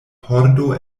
pordo